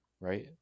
right